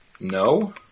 No